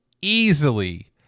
easily